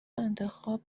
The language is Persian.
انتخاب